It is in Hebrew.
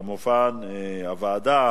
בעד,